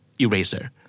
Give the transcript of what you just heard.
eraser